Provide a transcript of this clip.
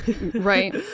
Right